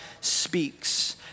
speaks